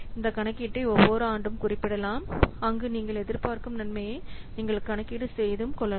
இந்த கணக்கீட்டை ஒவ்வொரு ஆண்டும் குறிப்பிடலாம் அங்கு நீங்கள் எதிர்பார்க்கும் நன்மையை நீங்களே கணக்கீடு செய்து கொள்ளலாம்